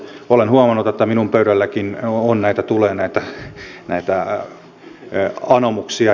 olen huomannut että minun pöydällenikin tulee näitä anomuksia